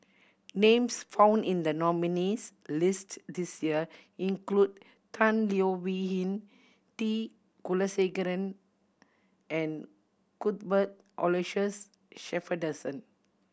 names found in the nominees' list this year include Tan Leo Wee Hin T Kulasekaram and Cuthbert Aloysius Shepherdson